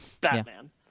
Batman